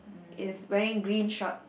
is wearing green shorts